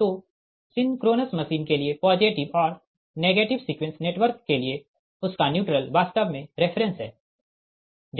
तो synchronous machine के लिए पॉजिटिव और नेगेटिव सीक्वेंस नेटवर्क के लिए उसका न्यूट्रल वास्तव में रेफ़रेंस है